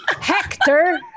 Hector